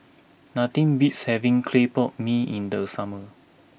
nothing beats having Clay Pot Mee in the summer